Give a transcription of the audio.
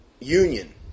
union